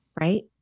right